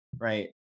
right